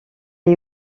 est